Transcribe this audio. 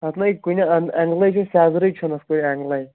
اَتھ نٕے کُنہِ اندٕ اینگلٕے چھُ سٮ۪زرٕے چھُنہٕ اتھ کُنہِ اینگلٕے